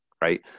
right